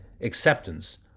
acceptance